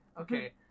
Okay